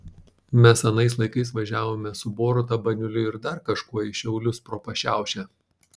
mes anais laikais važiavome su boruta baniuliu ir dar kažkuo į šiaulius pro pašiaušę